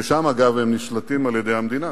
ושם, אגב, הם נשלטים על-ידי המדינה